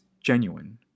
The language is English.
genuine